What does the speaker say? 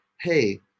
hey